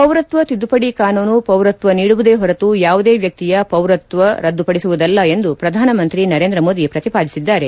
ಪೌರತ್ವ ತಿದ್ದುಪಡಿ ಕಾನೂನು ಪೌರತ್ವ ನೀಡುವುದೇ ಹೊರತು ಯಾವುದೇ ವ್ಯಕ್ತಿಯ ಪೌರತ್ವ ರದ್ದುಪಡಿಸುವುದಲ್ಲ ಎಂದು ಶ್ರಧಾನಮಂತ್ರಿ ನರೇಂದ್ರ ಮೋದಿ ಪ್ರತಿಪಾದಿಸಿದ್ದಾರೆ